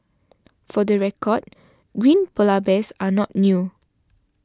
for the record green Polar Bears are not new